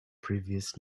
previous